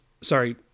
sorry